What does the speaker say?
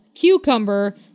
cucumber